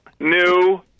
new